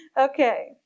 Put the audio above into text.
Okay